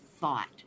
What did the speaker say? thought